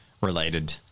related